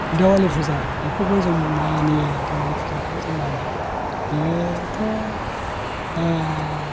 देवालि फुजा बेखौबो जों मानियो देवालि फुजाखौबो जों मानियो बियोथ'